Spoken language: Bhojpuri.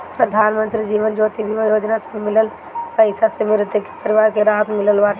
प्रधानमंत्री जीवन ज्योति बीमा योजना से मिलल पईसा से मृतक के परिवार के राहत मिलत बाटे